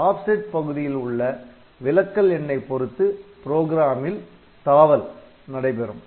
offset பகுதியில் உள்ள விலக்கல் எண்ணை பொறுத்து புரோகிராமில் தாவல் நடைபெறும்